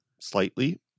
slightly